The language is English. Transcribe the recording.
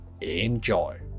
Enjoy